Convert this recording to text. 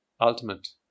ultimate